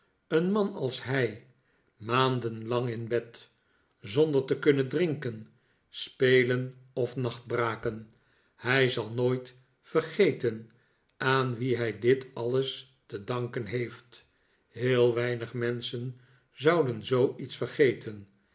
een man als hij maanden lang in bed zonder te kunnen drinken spelen of nachtbraken hij zal nooit vergeten aan wien hij dit alles te danken heeft heel weinig menschen zouden zooiets vergeten